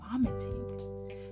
vomiting